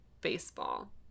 baseball